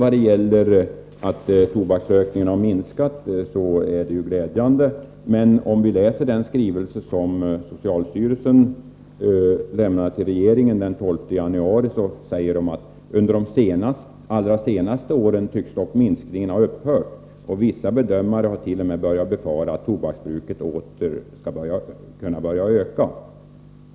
Att tobaksrökningen har minskat är ju glädjande, men i den skrivelse socialstyrelsen lämnade till regeringen den 12 januari sägs att minskningen tycks ha upphört de allra senaste åren. Vissa bedömare befarar t.o.m. att tobaksbruket åter skall börja öka.